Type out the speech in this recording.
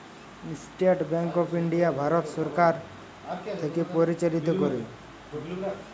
State Bank of India ভারত সরকার থ্যাকে পরিচালিত ক্যরে